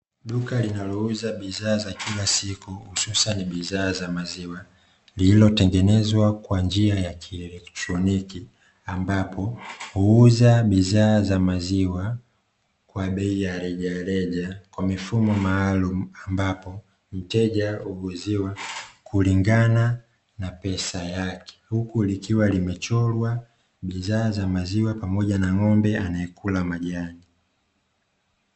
Duka linalouliza bidhaa za kila siku hususani bidhaa za maziwa, lililotengenezwa kwa njia ya kielektroniki. Ambapo huuza bidhaa za maziwa kwa bei ya rejareja kwa mifumo maalumu, ambapo mteja huuziwa kulingana na pesa yake. Huku likiwa limechorwa bidhaa za maziwa, pamoja na ng'ombe anayekula majani.